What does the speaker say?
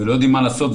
ולא יודעים מה לעשות,